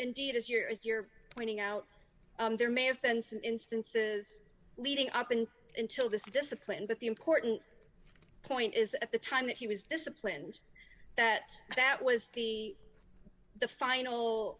indeed as you're as you're pointing out there may have been some instances leading up and until this discipline but the important point is at the time that he was disciplined that that was the the final